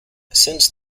since